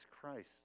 Christ